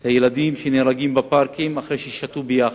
ואת הילדים שנהרגים בפארקים אחרי ששתו יחד.